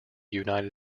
united